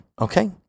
okay